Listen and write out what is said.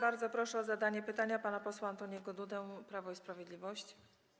Bardzo proszę o zadanie pytania pana posła Antoniego Dudę, Prawo i Sprawiedliwość.